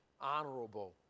honorable